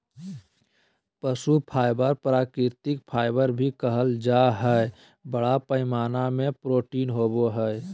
पशु फाइबर प्राकृतिक फाइबर भी कहल जा हइ, बड़ा पैमाना में प्रोटीन होवो हइ